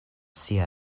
sia